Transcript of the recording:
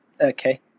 Okay